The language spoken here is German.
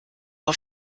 auf